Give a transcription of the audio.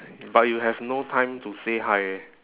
but you have no time to say hi eh